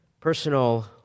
personal